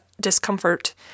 discomfort